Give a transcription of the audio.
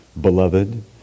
beloved